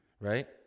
Right